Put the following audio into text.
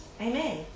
Amen